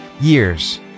years